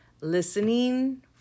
listening